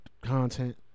content